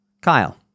Kyle